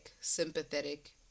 sympathetic